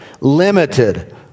limited